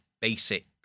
basic